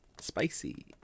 spicy